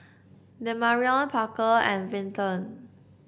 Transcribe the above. Demarion Parker and Vinton